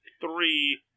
three